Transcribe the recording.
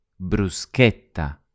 bruschetta